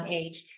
age